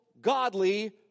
godly